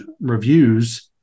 reviews